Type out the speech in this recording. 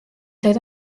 said